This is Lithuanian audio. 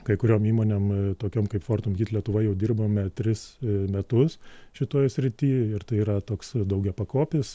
kai kuriom įmonėm tokiom kaip fortum heat lietuva jau dirbame tris metus šitoj srity ir tai yra toks daugiapakopis